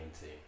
team